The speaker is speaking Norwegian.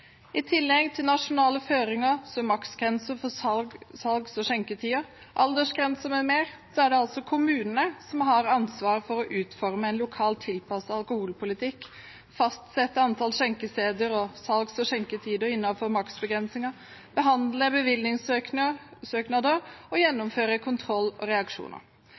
I tillegg til nasjonale føringer som maksgrense for salgs- og skjenketider, aldersgrenser m.m., er det kommunene som har ansvar for å utforme en lokal tilpasset alkoholpolitikk, fastsette antall skjenkesteder og salgs- og skjenketider innenfor maksbegrensningen, behandle bevillingssøknader og gjennomføre kontroll og reaksjoner.